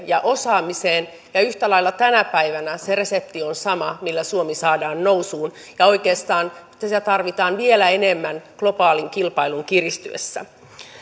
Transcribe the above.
ja osaamiseen yhtä lailla tänä päivänä se resepti on sama millä suomi saadaan nousuun ja oikeastaan sitä tarvitaan vielä enemmän globaalin kilpailun kiristyessä